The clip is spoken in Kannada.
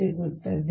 ಸಿಗುತ್ತದೆ